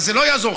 זה לא יעזור,